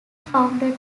founded